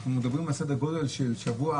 אנחנו מדברים על סדר גודל של שבוע,